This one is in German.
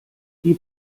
die